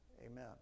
amen